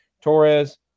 Torres